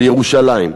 לירושלים,